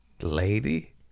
lady